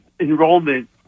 enrollment